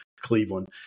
Cleveland